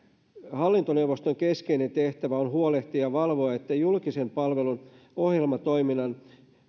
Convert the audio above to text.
hallintoneuvoston keskeinen tehtävä on huolehtia valvoa että julkisen palvelun ohjelmatoiminnan